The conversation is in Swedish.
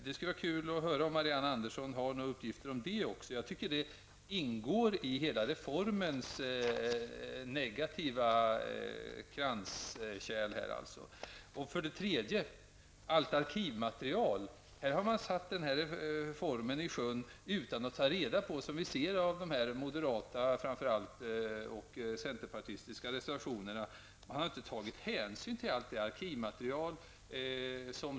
Det vore intressant att få veta om Marianne Andersson har några uppgifter om den saken. Jag tycker att dessa kvinnors situation ingår i hela reformens negativa kranskärl. En tredje sak gäller allt arkivmaterial. Man har satt denna reform i sjön utan att ta hänsyn till allt arkivmaterial som skall in till landsarkiven. Detta framgår också av framför allt moderata och centerpartistiska reservationer.